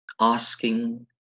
asking